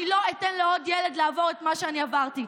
אני לא אתן לעוד ילד לעבור, את מה שאני עברתי.